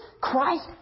Christ